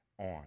on